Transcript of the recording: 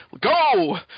Go